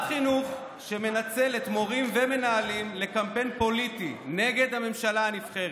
שרת חינוך מנצלת מורים ומנהלים לקמפיין פוליטי נגד הממשלה הנבחרת.